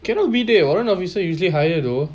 cannot be dey warrant officer usually higher though